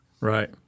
Right